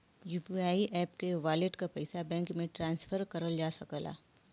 UPI app के wallet क पइसा बैंक में ट्रांसफर करल जा सकला